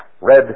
red